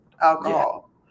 alcohol